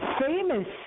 famous